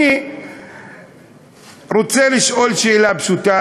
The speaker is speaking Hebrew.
אני רוצה לשאול שאלה פשוטה,